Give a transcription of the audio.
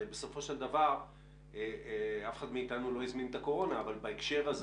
בסופו של דבר אף אחד מאתנו לא הזמין את הקורונה אבל בהיבט